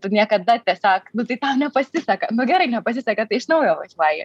tu niekada tiesiog nu tai tau nepasiseka nu gerai nepasiseka tai iš naujo važiuoji